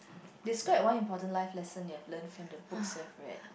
describe one important life lesson you have learned from the books you have read